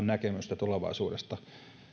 näkemystä tulevaisuudesta